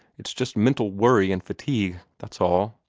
it's just mental worry and fatigue, that's all.